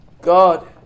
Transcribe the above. God